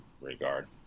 regard